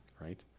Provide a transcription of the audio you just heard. right